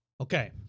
Okay